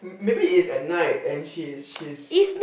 m~ maybe it's at night and she she is